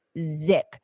Zip